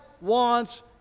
wants